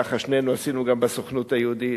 ככה שנינו עשינו גם בסוכנות היהודית.